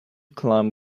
climb